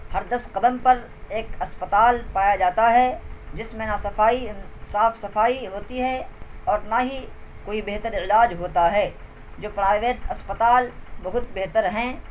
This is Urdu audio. ہر دس قدم پر ایک اسپتال پایا جاتا ہے جس میں نہ صفائی صاف صفائی ہوتی ہے اور نہ ہی کوئی بہتر علاج ہوتا ہے جو پرائیویٹ اسپتال بہت بہتر ہیں